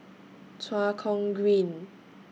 Tua Kong Green